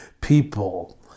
people